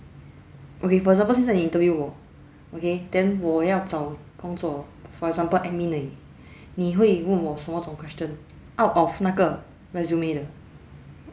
okay for example 现在你 interview 我 okay then 我要找工作 for example admin 而已你会问我什么种 question out of 那个 resume 的